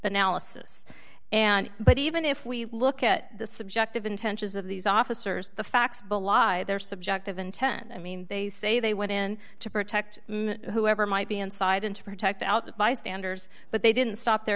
analysis and but even if we look at the subjective intentions of these officers the facts but why their subjective intent i mean they say they went in to protect whoever might be inside and to protect out the bystanders but they didn't stop their